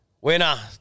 Winner